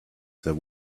there